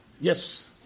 Yes